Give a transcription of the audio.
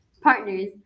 Partners